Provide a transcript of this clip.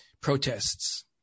protests